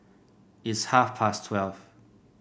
its half past twelve